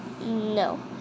no